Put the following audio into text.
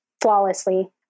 flawlessly